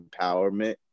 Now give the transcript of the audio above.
empowerment